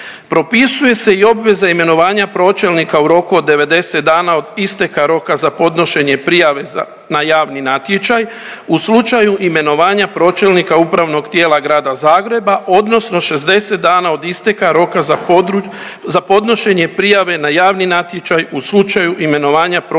Propisuje se i obveza imenovanja pročelnika u roku od 90 dana od isteka roka za podnošenje prijave za, na javni natječaj u slučaju imenovanja pročelnika upravnog tijela Grada Zagreba odnosno 60 dana od isteka roka za podru… za podnošenje prijave na javni natječaj u slučaju imenovanja pročelnika